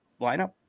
lineup